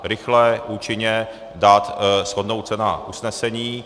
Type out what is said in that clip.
Rychle, účinně, shodnout se na usnesení.